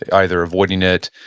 either avoiding it,